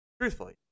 truthfully